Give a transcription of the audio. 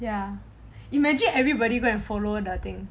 ya imagine everybody go and follow the thing